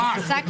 ממש.